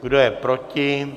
Kdo je proti?